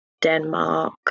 denmark